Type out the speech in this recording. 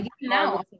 no